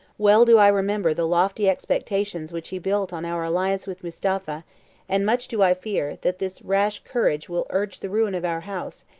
well do i remember the lofty expectations which he built on our alliance with mustapha and much do i fear, that this rash courage will urge the ruin of our house,